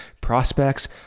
prospects